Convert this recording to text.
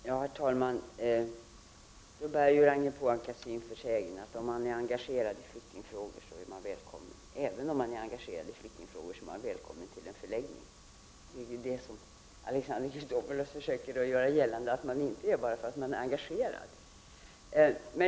Herr talman! Då bär Ragnhild Pohanka syn för sägen. Även om man är engagerad i flyktingfrågor, är man välkommen till en förläggning. Alexander Chrisopoulos försöker ju göra gällande att man inte är välkommen bara för att man är engagerad.